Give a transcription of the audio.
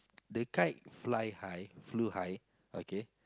the kite fly high flew high okay